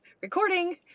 Recording